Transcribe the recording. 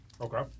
Okay